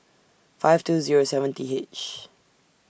five two Zero seven T H